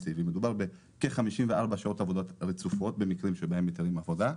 מדובר על כ-54 שעות עבודה רצופות במקרים שבהם מתירים עבודה.